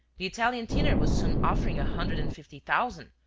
the italian tenor was soon offering a hundred and fifty thousand,